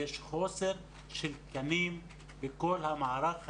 יש חוסר של תקנים בכל המערך הזה,